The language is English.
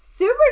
Super